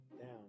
down